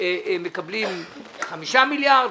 מקבלים 5 מיליארד,